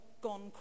gone